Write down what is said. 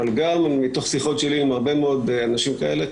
אבל גם מתוך שיחות שלי עם הרבה מאוד אנשים כאלה,